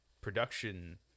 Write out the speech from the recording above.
production